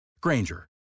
Granger